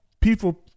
People